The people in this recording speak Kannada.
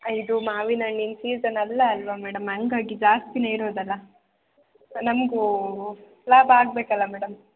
ಇದು ಮಾವಿನ ಹಣ್ಣಿನ ಸೀಸನ್ ಅಲ್ಲ ಅಲ್ಲವಾ ಮೇಡಮ್ ಹಂಗಾಗಿ ಜಾಸ್ತಿಯೇ ಇರೋದಲ್ಲ ನಮಗೂ ಲಾಭ ಆಗಬೇಕಲ್ಲ ಮೇಡಮ್